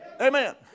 amen